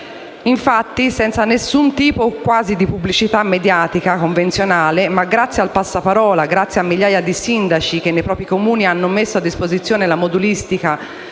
avvenuto senza alcun tipo o quasi di pubblicità mediatica convenzionale, ma grazie al passaparola, grazie a migliaia di sindaci, che nei propri Comuni hanno messo a disposizione la modulistica